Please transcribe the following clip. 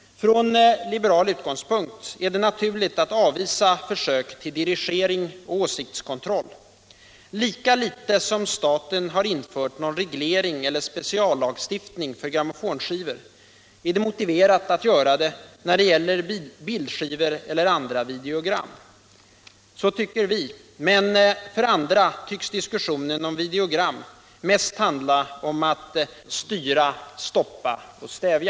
Från liberal utgångspunkt är det naturligt att avvisa försök till dirigering och åsiktskontroll. Lika litet som staten har infört någon reglering eller speciallagstiftning för grammofonskivor är det motiverat att göra det när det gäller bildskivor eller andra videogram. Så tycker vi. Men för andra tycks diskussionen om videogram mest handla om att styra, stoppa och stävja.